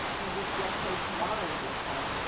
and if, let's say, tomorrow is losar,